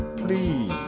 please